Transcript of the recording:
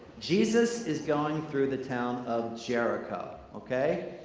jesus is going through the town of jericho, okay?